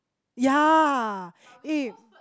yea eh